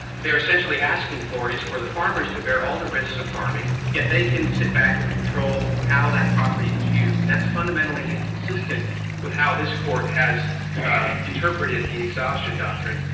they're essentially asking for is for the farmers to bear all the risks of farming, yet they can sit back and control how that property is used. and that's fundamentally inconsistent with how this court has interpreted the exhaustion doctrine.